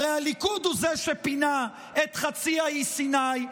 הרי הליכוד הוא שפינה את חצי האי סיני,